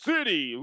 City